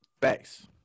thanks